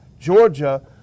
Georgia